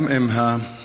גם אם הנער